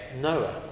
Noah